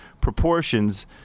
proportions